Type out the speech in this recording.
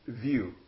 view